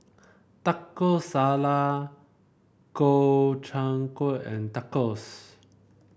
Taco Sala Gobchang Gui and Tacos